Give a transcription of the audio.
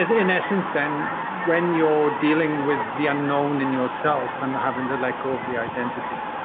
in essence then when you're dealing with the unknown in yourself and having to let go of the identity?